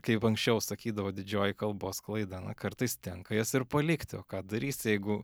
kaip anksčiau sakydavo didžioji kalbos klaida na kartais tenka jas ir palikti o ką darysi jeigu